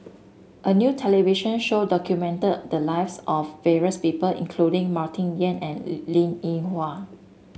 a new television show document the lives of various people including Martin Yan and Linn In Hua